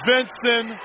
Vincent